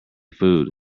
food